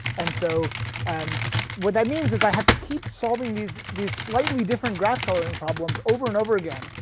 and so and what that means is i have to keep solving these these slightly different graph coloring problems over and over again.